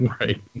Right